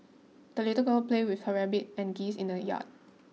the little girl played with her rabbit and geese in the yard